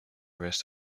rest